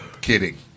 Kidding